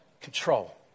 control